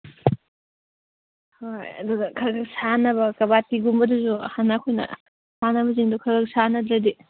ꯍꯣꯏ ꯑꯗꯨꯒ ꯈ꯭ꯔ ꯁꯥꯟꯅꯕ ꯀꯕꯥꯗꯇꯤꯒꯨꯝꯕꯗꯨꯁꯨ ꯍꯥꯟꯅ ꯑꯩꯈꯣꯏꯅ ꯁꯥꯟꯅꯕꯁꯤꯡꯗꯣ ꯈ꯭ꯔ ꯁꯥꯟꯅꯗ꯭ꯔꯗꯤ